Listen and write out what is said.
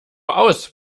aus